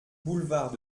boulevard